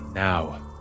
Now